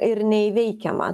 ir neįveikiama